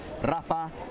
Rafa